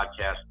podcast